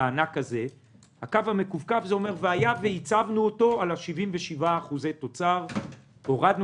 אומר שאם הצלחנו לייצב אותו על 77% תוצר והורדנו